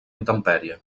intempèrie